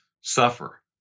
suffer